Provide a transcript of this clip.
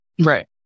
Right